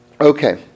Okay